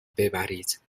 ببرید